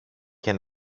και